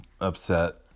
upset